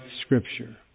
Scripture